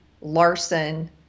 Larson